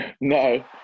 No